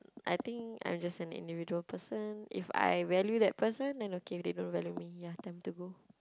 I think I am just an individual person if I value that person then okay if they don't value me ya time to go